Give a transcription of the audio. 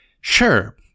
sure